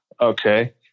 Okay